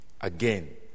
again